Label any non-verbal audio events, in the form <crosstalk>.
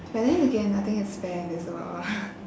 but then again nothing is fair in this world ah <laughs>